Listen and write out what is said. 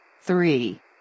Three